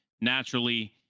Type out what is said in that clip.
Naturally